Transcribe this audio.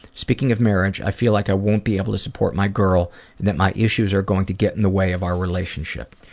speaking of marriage i feel like i won't be able to support my girl and that my issues are going to get in the way of our relationship.